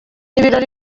ibirori